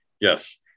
Yes